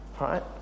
right